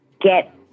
get